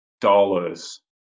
dollars